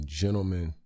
gentlemen